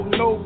no